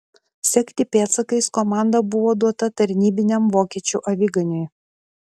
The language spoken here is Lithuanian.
sekti pėdsakais komanda buvo duota tarnybiniam vokiečių aviganiui